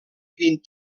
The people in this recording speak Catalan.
vint